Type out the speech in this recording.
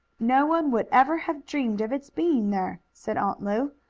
no one would ever have dreamed of its being there, said aunt lu.